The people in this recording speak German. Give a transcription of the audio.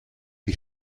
wie